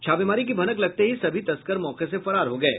छापेमारी की भनक लगते ही सभी तस्कर मौके से फरार हो गये